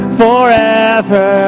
forever